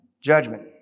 judgment